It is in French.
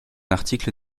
article